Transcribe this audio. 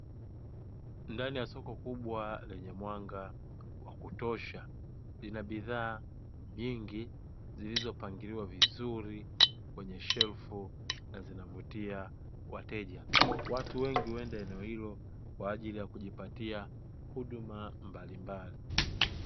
Ndani ya soko kubwa lenye mwanga wa kutosha, lina bidhaa nyingi zilizopangiliwa vizuri kwenye shelfu na zinavutia wateja. Watu wengi huenda eneo hilo kwa ajili ya kujipatia huduma mbalimbali.